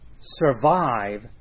survive